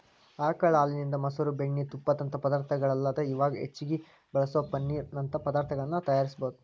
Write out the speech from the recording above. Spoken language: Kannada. ಆಕಳ ಹಾಲಿನಿಂದ, ಮೊಸರು, ಬೆಣ್ಣಿ, ತುಪ್ಪದಂತ ಪದಾರ್ಥಗಳಲ್ಲದ ಇವಾಗ್ ಹೆಚ್ಚಾಗಿ ಬಳಸೋ ಪನ್ನೇರ್ ನಂತ ಪದಾರ್ತಗಳನ್ನ ತಯಾರಿಸಬೋದು